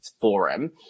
forum